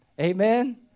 Amen